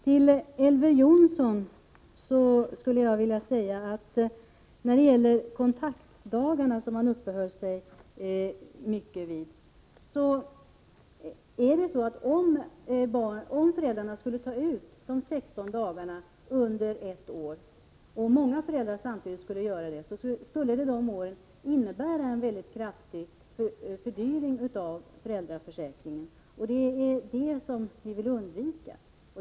Till Elver Jonsson skulle jag vilja säga när det gäller kontaktdagarna — en fråga som han uppehöll sig ganska länge vid — att om många föräldrar samtidigt skulle ta ut de 16 dagarna under ett år, skulle det under det året innebära en mycket kraftig fördyring av föräldraförsäkringen. Det är detta som vi vill undvika.